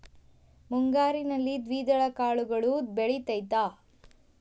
ಮುಂಗಾರಿನಲ್ಲಿ ದ್ವಿದಳ ಕಾಳುಗಳು ಬೆಳೆತೈತಾ?